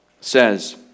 says